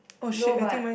no but